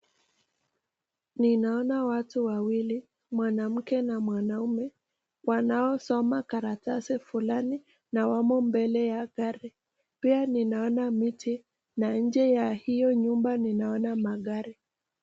Ninaona watu wawili, mwanamke na mwanaume, wanaosoma karatasi fulani na wamo mbele ya gari, pia ninaona miti na nje ya hio nyumba ninaona magari.